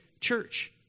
church